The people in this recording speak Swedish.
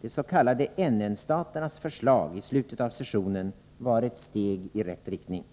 De s.k. NN-staternas förslag i slutet av sessionen var ett steg i rätt riktning.